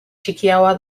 txikiagoa